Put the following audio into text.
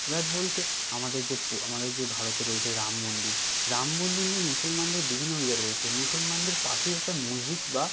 বিবাদ বলতে আমাদের যে আমাদের যে ভারতে রয়েছে রাম মন্দির রাম মন্দির নিয়ে মুসলমানদের বিভিন্ন বিবাদ রয়েছে মুসলমানদের পাশেই একটা মসজিদ বা